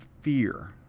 fear